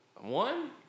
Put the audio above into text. One